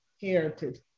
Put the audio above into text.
heritage